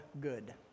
good